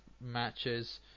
matches